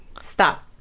Stop